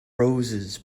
roses